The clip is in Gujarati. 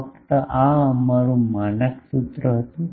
ફક્ત આ અમારું માનક સૂત્ર હતું